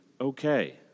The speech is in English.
okay